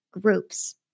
groups